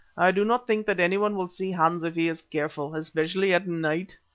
i do not think that anyone will see hans if he is careful, especially at night,